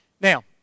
Now